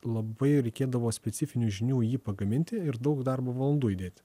labai reikėdavo specifinių žinių jį pagaminti ir daug darbo valandų įdėti